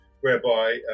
whereby